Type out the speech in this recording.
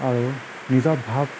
আৰু নিজাৰ ভাব